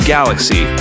Galaxy